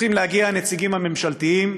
צריכים להגיע הנציגים הממשלתיים,